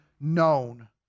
known